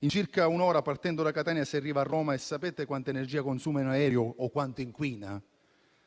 In circa un'ora, partendo da Catania, si arriva a Roma: ma sapete quanta energia consuma un aereo? E quanto inquina?